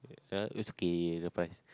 uh it's okay the price